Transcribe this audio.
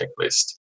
checklist